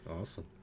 Awesome